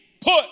put